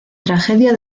tragedia